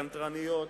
קנטרניות,